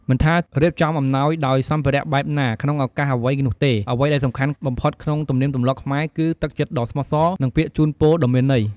មិនថារៀបចំអំណោយដោយសម្ភារៈបែបណា ឬក្នុងឱកាសអ្វីនោះទេ អ្វីដែលសំខាន់បំផុតក្នុងទំនៀមទម្លាប់ខ្មែរ គឺ ទឹកចិត្តដ៏ស្មោះសរ និង ពាក្យជូនពរដ៏មានន័យ។